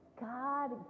God